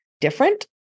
different